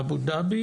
אבו דאבי